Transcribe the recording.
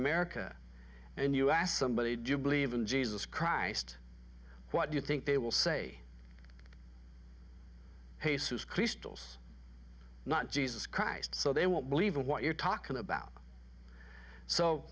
america and you ask somebody do you believe in jesus christ what do you think they will say hey soused crystals not jesus christ so they won't believe what you're talking about so